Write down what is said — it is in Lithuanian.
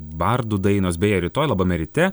bardų dainos beje rytoj labame ryte